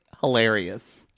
hilarious